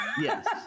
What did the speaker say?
Yes